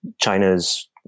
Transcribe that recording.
China's